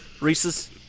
Reese's